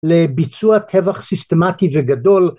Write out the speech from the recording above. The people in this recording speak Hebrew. לביצוע טבח סיסטמטי גדול